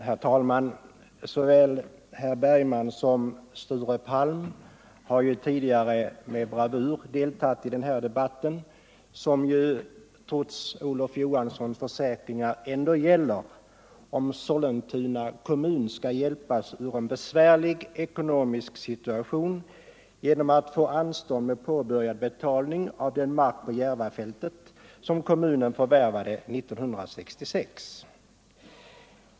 Herr talman! Såväl herr Bergman som herr Palm har tidigare med bravur deltagit i den här debatten, som trots herr Olof Johanssons i Stockholm försäkringar ytterst gäller om Sollentuna kommun skall hjälpas ur en besvärlig ekonomisk situation genom att få anstånd med påbörjad betalning av den mark på Järvafältet som kommunen förvärvade 1966.